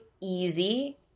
easy